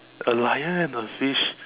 a lion and a fish